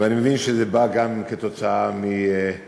ואני מבין שזה בא כתוצאה מהעובדה